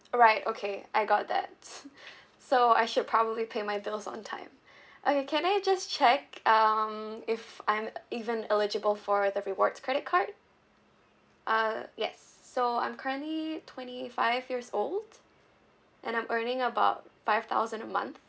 right okay I got that so I should probably pay my bills on time okay can I just check um if I'm even eligible for the rewards credit card uh yes so I'm currently twenty five years old and I'm earning about five thousand a month